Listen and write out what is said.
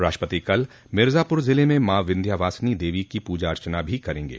राष्ट्रपति कल मिर्जापुर जिले में मां विंध्यवासिनी देवी की पूजा अर्चना भी करेंगे